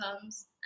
comes